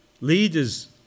leaders